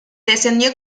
descendió